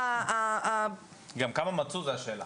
השאלה גם כמה מצאו.